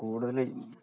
പിന്നെ കൂടുതല്